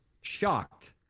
shocked